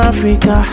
Africa